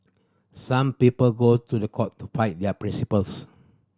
some people go to the court to fight their principles